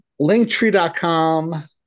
Linktree.com